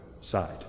side